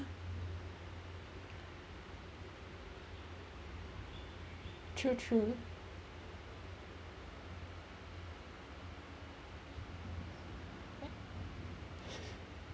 true true